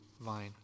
vine